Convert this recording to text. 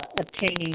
obtaining